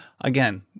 Again